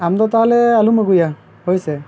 ᱟᱢ ᱫᱚ ᱛᱟᱦᱚᱞᱮ ᱟᱞᱚᱢ ᱟᱹᱜᱩᱭᱟ ᱦᱚᱭ ᱥᱮ